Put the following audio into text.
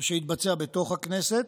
שהתבצע בתוך הכנסת,